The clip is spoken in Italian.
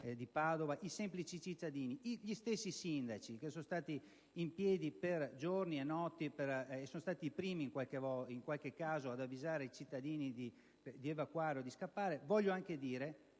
di Padova, i semplici cittadini e gli stessi sindaci (che sono stati in piedi per giorni e notti e sono stati i primi, in qualche caso, ad avvisare i cittadini di evacuare o di scappare), voglio anche dire,